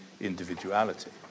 individuality